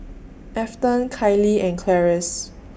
Afton Kailey and Clarice